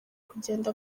kugenda